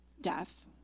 death